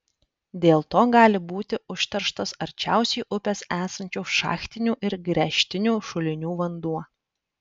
dėl to gali būti užterštas arčiausiai upės esančių šachtinių ir gręžtinių šulinių vanduo